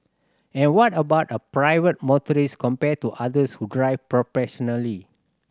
and what about a private motorist compared to others who drive professionally